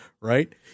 Right